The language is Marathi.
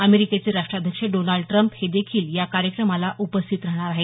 अमेरिकेचे राष्ट्राध्यक्ष डोनाल्ड ट्रम्प हे देखील या कार्यक्रमाला उपस्थित रहाणार आहेत